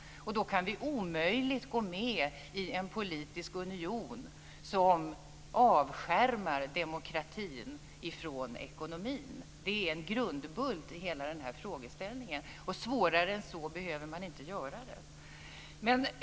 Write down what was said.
Då kan vi omöjligen gå med i en politisk union som avskärmar demokratin från ekonomin. Det är en grundbult i hela frågeställningen, och svårare än så behöver man inte göra det.